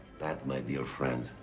that, my dear friend,